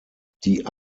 die